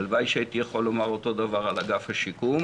הלוואי שהייתי יכול לומר אותו דבר על אגף השיקום,